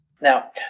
Now